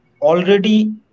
already